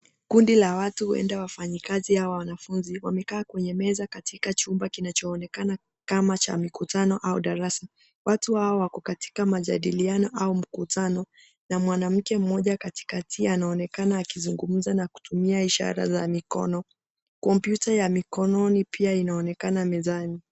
Kundi la watu huenda wafanyikazi au wanafunzi, wamekaa kwenye meza katika chumba kinachoonekana kama cha mikutano au darasa. Watu hao wako katika majadiliano au mkutano na mwanamke mmoja katikati anaonekana akizungumza na kutumia ishara za mikono. Kompyuta ya mikononi pia inaonekana mezani.